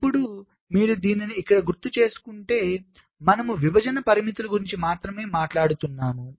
ఇప్పుడు మీరు దీన్ని ఇక్కడ గుర్తుచేసుకుంటే మనము విభజన పరిమితుల గురించి మాత్రమే మాట్లాడుతున్నాము